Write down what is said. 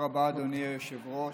תודה רבה, אדוני היושב-ראש.